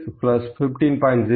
0615